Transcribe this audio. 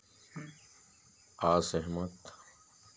असहमत